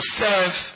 serve